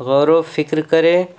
غور و فکر کرے